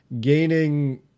gaining